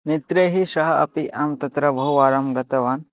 मित्रैः सह अपि अहं तत्र बहुवारं गतवान्